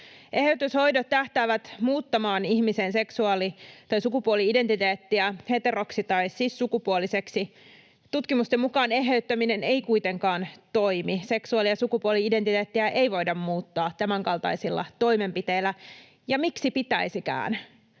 Eheytyshoidot tähtäävät muuttamaan ihmisen seksuaali- tai sukupuoli-identiteettiä heteroksi tai cis-sukupuoliseksi. Tutkimusten mukaan eheyttäminen ei kuitenkaan toimi. Seksuaali- ja sukupuoli-identiteettiä ei voida muuttaa tämänkaltaisilla toimenpiteillä. Ja miksi pitäisikään?